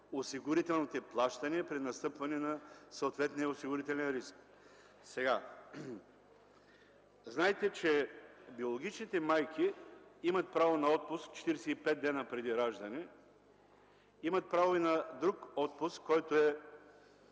осигурителните плащания при настъпване на съответния осигурителен риск. Знаете, че биологичните майки имат право на отпуск 45 дни преди раждане, имат право и на друг отпуск, който е